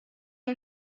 اون